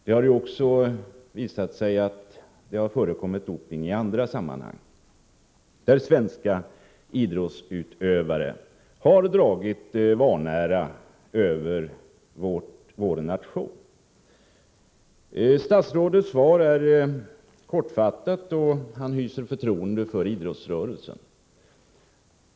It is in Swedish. Det har också visat sig att det har förekommit doping i andra sammanhang, där svenska idrottsutövare har dragit vanära över vår nation. Statsrådets svar är kortfattat, och han hyser förtroende för idrottsrörelsen.